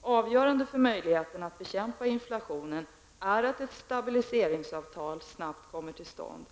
Avgörande för möjligheterna att bekämpa inflationen är att ett stabiliseringsavtal snabbt kommer till stånd.